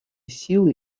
силы